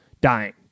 dying